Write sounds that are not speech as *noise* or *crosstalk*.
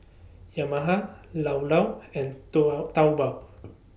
Yamaha Llao Llao and *unintelligible* Taobao